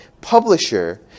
publisher